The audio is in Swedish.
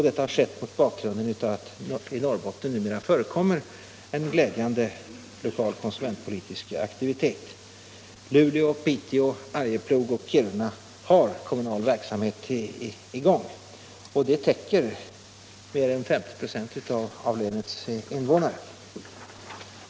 Detta har skett mot bakgrund av att det i Norrbotten numera förekommer en glädjande stor konsumentpolitisk aktivitet. Luleå, Piteå, Arjeplog och Kiruna har redan sådan kommunal verksamhet, vilken täcker mer än 50 26 av länets invånare.